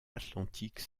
atlantique